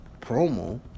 promo